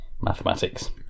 mathematics